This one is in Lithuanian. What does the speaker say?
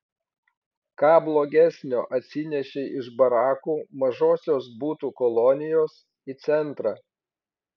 ką blogesnio atsinešei iš barakų mažosios butų kolonijos į centrą